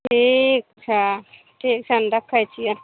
ठीक छो ठीक छनि रक्खै छियैनि